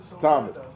Thomas